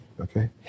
okay